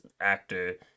actor